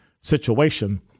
situation